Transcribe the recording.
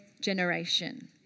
generation